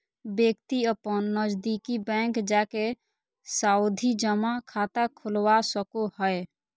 व्यक्ति अपन नजदीकी बैंक जाके सावधि जमा खाता खोलवा सको हय